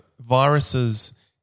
viruses